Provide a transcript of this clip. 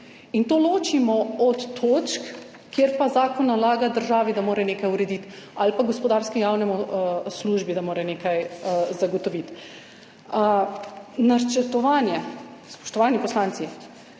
in to ločimo od točk, kjer pa zakon nalaga državi, da mora nekaj urediti, ali pa gospodarski javni službi, da mora nekaj zagotoviti. Načrtovanje. Spoštovani poslanci,